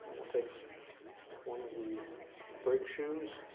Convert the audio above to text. we'll take one of the brake shoes,